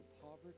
poverty